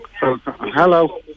hello